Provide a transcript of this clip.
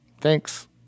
Thanks